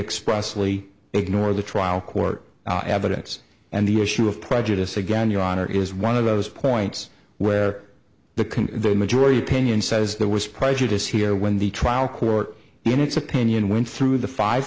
expressively ignore the trial court evidence and the issue of prejudice again your honor is one of those points where the can the majority opinion says there was prejudice here when the trial court in its opinion went through the five